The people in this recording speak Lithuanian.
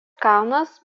kalnas